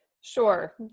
sure